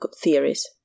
theories